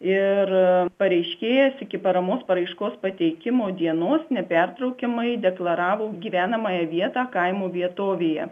ir pareiškėjas iki paramos paraiškos pateikimo dienos nepertraukiamai deklaravo gyvenamąją vietą kaimo vietovėje